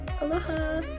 aloha